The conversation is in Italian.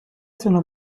sono